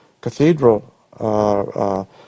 Cathedral